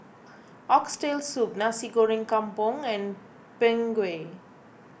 Oxtail Soup Nasi Goreng Kampung and Png Kueh